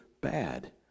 bad